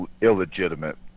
illegitimate